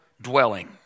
dwelling